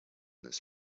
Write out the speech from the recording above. this